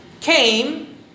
came